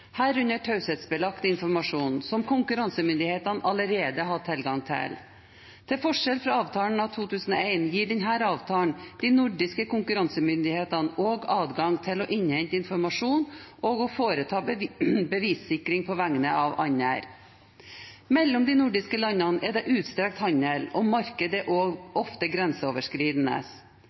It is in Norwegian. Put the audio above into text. herunder taushetsbelagt informasjon, som konkurransemyndighetene allerede hadde tilgang til. Til forskjell fra avtalen av 2001 gir denne avtalen de nordiske konkurransemyndighetene også adgang til å innhente informasjon og å foreta bevissikring på vegne av andre. Mellom de nordiske landene er det utstrakt handel, og markedene er ofte grenseoverskridende.